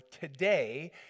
today